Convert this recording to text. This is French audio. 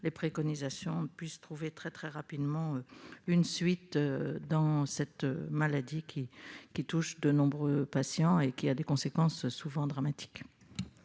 ces préconisations puissent trouver très rapidement une issue pour traiter cette maladie, qui touche de nombreux patients et qui a des conséquences souvent dramatiques.